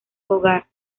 hogar